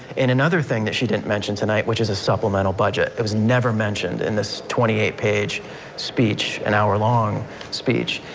and another thing that she didn't mention tonight, which is a supplemental budget was never mentioned in this twenty eight page speech, an hour long speech.